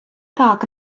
так